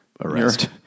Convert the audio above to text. arrest